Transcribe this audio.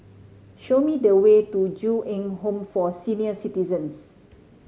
show me the way to Ju Eng Home for Senior Citizens